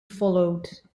followed